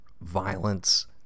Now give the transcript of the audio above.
violence